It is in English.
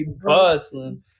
bustling